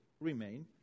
remain